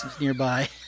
nearby